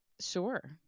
sure